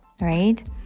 right